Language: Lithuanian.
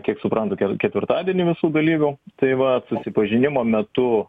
kiek suprantu ke ketvirtadienį visų dalyvių tai va susipažinimo metu